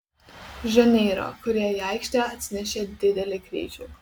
žaneiro kurie į aikštę atsinešė didelį kryžių